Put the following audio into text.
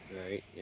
Right